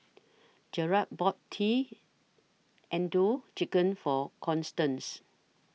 Jarrett bought T Chicken For Constance